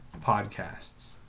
podcasts